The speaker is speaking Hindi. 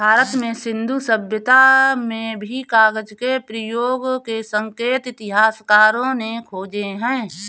भारत में सिन्धु सभ्यता में भी कागज के प्रयोग के संकेत इतिहासकारों ने खोजे हैं